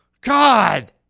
god